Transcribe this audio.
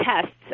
tests